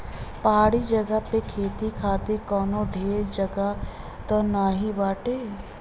पहाड़ी जगह पे खेती खातिर कवनो ढेर जगही त नाही बाटे